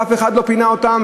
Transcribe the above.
אף אחד לא פינה אותם.